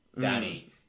Danny